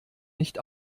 nicht